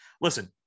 Listen